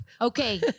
okay